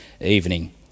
evening